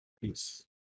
peace